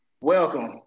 Welcome